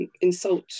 insult